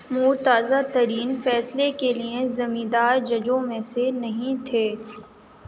وہ تازہ ترین فیصلے کے لیے زمیدار ججوں میں سے نہیں تھے